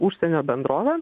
užsienio bendrovė